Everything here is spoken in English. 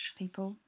people